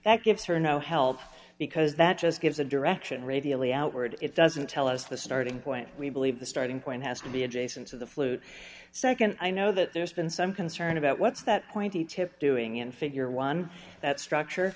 that gives her no help because that just gives a direction radially outward it doesn't tell us the starting point we believe the starting point has to be adjacent to the flute nd i know that there's been some concern about what's that pointy tip doing in figure one that structure